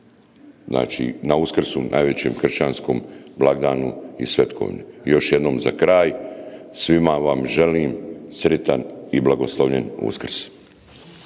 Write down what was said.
znači na Uskrsu, najvećem kršćanskom blagdanu i svetkovini. I još jednom za kraj svima vam želim sritan i blagoslovljen Uskrs.